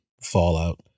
Fallout